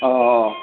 অঁ অঁ